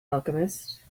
alchemist